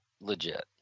legit